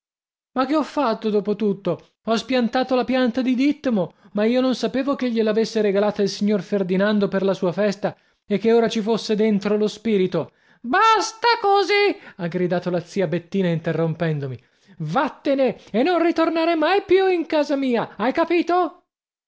ma che ho fatto dopo tutto ho spiantato la pianta di dìttamo ma io non sapevo che gliel'avesse regalata il signor ferdinando per la sua festa e che ora ci fosse dentro lo spirito basta così ha gridato la zia bettina interrompendomi vattene e non ritornare mai più in casa mia hai capito